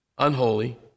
Unholy